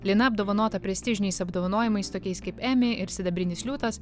lina apdovanota prestižiniais apdovanojimais tokiais kaip emmy ir sidabrinis liūtas